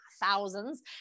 thousands